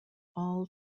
all